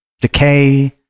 decay